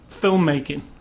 filmmaking